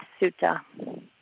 Sutta